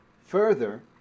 Further